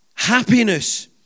happiness